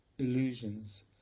illusions